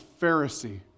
Pharisee